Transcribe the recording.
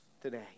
today